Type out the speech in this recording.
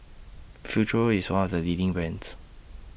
Futuro IS one of The leading brands